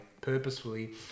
purposefully